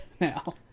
now